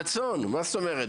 ברצון, מה זאת אומרת?